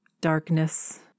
darkness